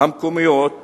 המקומיות (משמעת)